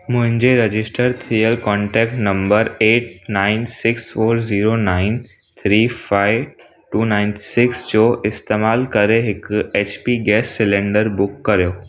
मुंहिंजे रजिस्टर थियलु contact number eight nine six four zero nine three five two nine six जो इस्तेमाल करे हिकु एचपी गैस सिलेंडर बुक कयो